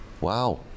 wow